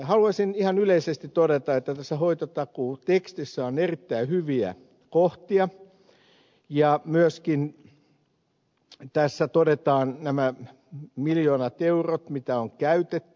haluaisin ihan yleisesti todeta että hoitotakuutekstissä on erittäin hyviä kohtia joissa myöskin todetaan nämä miljoonat eurot mitä on käytetty